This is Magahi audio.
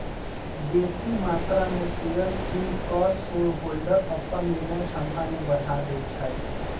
बेशी मत्रा में शेयर किन कऽ शेरहोल्डर अप्पन निर्णय क्षमता में बढ़ा देइ छै